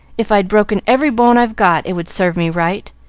if i'd broken every bone i've got, it would serve me right.